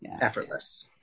effortless